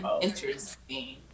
Interesting